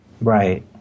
Right